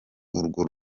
urwo